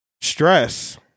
stress